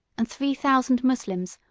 and three thousand moslems,